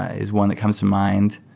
yeah is one that comes to mind.